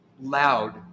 loud